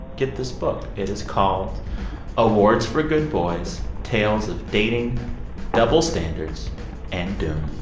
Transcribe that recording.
get this book it is called awards for good boys tales of dating double standards and doom.